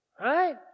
Right